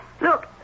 Look